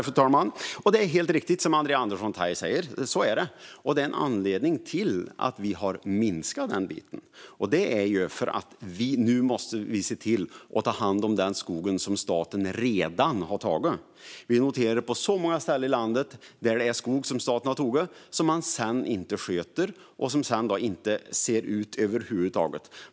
Fru talman! Det är helt riktigt som Andrea Andersson Tay säger. Så är det. Men det finns en anledning till att vi har minskat den biten, och det är att vi nu måste se till att den skog som staten redan har tagit tas om hand. Vi noterar på många håll i landet att staten har tagit skog som man sedan inte sköter om och som inte ser bra ut över huvud taget.